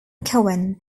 cohen